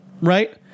right